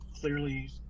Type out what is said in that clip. clearly